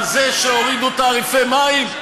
על זה שהורידו תעריפי מים,